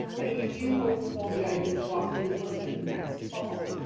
and we do hope to hold the idea swap in person next fall.